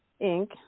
Inc